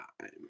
time